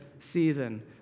season